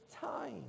time